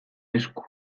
esku